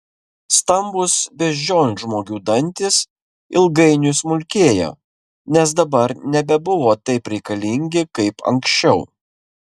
stambūs beždžionžmogių dantys ilgainiui smulkėjo nes dabar nebebuvo taip reikalingi kaip anksčiau